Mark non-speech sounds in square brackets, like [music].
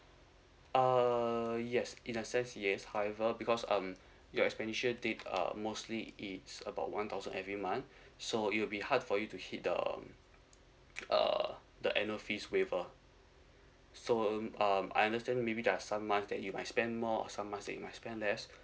uh yes in a sense yes however because um [breath] your expenditure date uh mostly it's about one thousand every month [breath] so it will be hard for you to hit the um uh the annual fees waiver so um um I understand maybe there are some months that you might spend more or some months that you might spend less